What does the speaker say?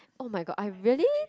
oh-my-god I really